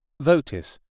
Votis